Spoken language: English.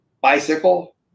bicycle